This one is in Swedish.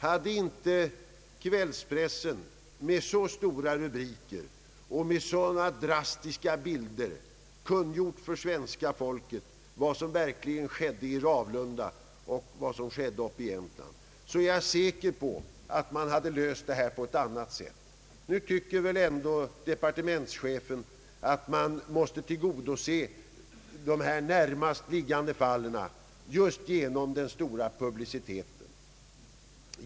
Hade inte kvällspressen med så stora rubriker och sådana drastiska bilder kungjort för svenska folket vad som verkligen skedde i Ravlunda och uppe i Jämtland, är jag säker på att man hade löst denna fråga på ett annat sätt. Just efter denna stora publicitet anser väl departementschefen att man måste tillgodose de närmast i tiden liggande fallen.